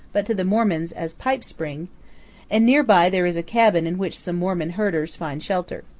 but to the mormons as pipe spring and near by there is a cabin in which some mormon herders find shelter.